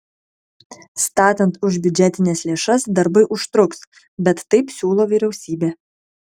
statant už biudžetines lėšas darbai užtruks bet taip siūlo vyriausybė